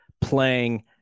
playing